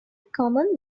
common